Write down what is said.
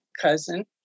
Cousin